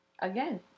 Again